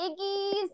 Iggy's